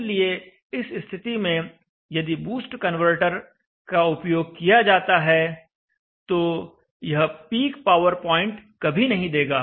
इसलिए इस स्थिति में यदि बूस्ट कन्वर्टर का उपयोग किया जाता है तो यह पीक पावर प्वाइंट कभी नहीं देगा